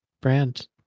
Brand